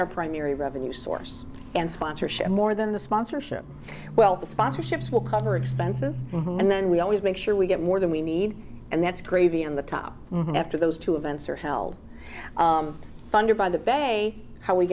our primary revenue source and sponsorship more than the sponsorship well the sponsorships will cover expenses and then we always make sure we get more than we need and that's gravy on the top after those two events are held funded by the bait how we